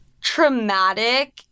traumatic